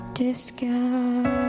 disguise